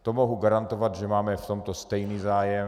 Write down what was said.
To mohu garantovat, že máme v tomto stejný zájem.